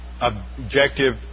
objective